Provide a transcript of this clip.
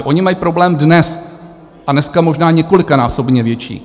Ony mají problém dnes, a dneska možná několikanásobně větší.